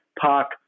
park